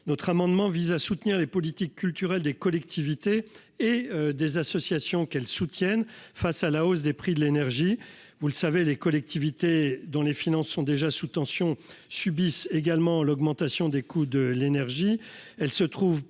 notre amendement vise à soutenir les politiques culturelles des collectivités et des associations qu'elles soutiennent face à la hausse des prix de l'énergie, vous le savez les collectivités dont les finances sont déjà sous tension subissent également l'augmentation des coûts de l'énergie,